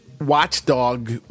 watchdog